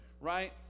right